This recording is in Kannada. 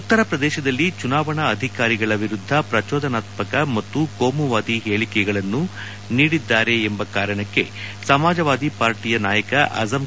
ಉತ್ತರ ಪ್ರದೇಶದಲ್ಲಿ ಚುನಾವಣಾ ಅಧಿಕಾರಿಗಳ ವಿರುದ್ದ ಪ್ರಚೋದನಾತ್ತಕ ಮತ್ತು ಕೋಮುವಾದಿ ಹೇಳಿಕೆಗಳನ್ನು ನೀಡಿದ್ದಾರೆ ಎಂಬ ಕಾರಣಕ್ಕೆ ಸಮಾಜವಾದಿ ಪಾರ್ಟಯ ನಾಯಕ ಅಜ್